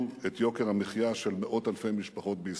את יוקר המחיה של מאות אלפי משפחות בישראל.